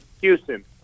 Houston